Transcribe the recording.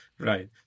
Right